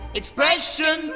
expression